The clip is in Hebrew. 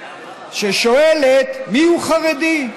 ששואלת מיהו חרדי.